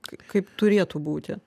kaip turėtų būti